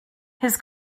his